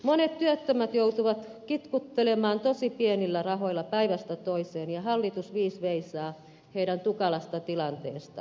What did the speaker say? monet työttömät joutuvat kitkuttelemaan tosi pienillä rahoilla päivästä toiseen ja hallitus viis veisaa heidän tukalasta tilanteestaan